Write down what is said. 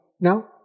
now